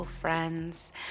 friends